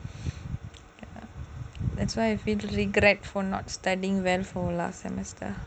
that's why I feel regret for not studying well for last semester